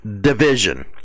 division